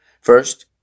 First